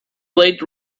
played